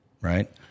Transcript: Right